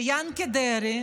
זה ינקי דרעי,